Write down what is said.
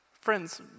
Friends